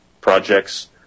projects